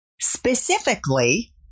Specifically